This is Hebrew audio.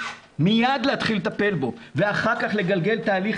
מיד להתחיל לטפל בו ואחר כך לגלגל תהליך